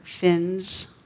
fins